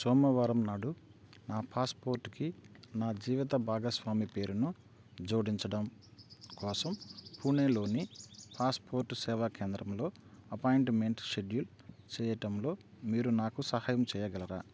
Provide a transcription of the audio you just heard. సోమవారం నాడు నా పాస్పోర్ట్కి నా జీవిత భాగస్వామి పేరును జోడించడం కోసం పూణేలోని పాస్పోర్ట్ సేవా కేంద్రంలో అపాయింట్మెంట్ షెడ్యూల్ చేయటంలో మీరు నాకు సహాయం చేయగలరా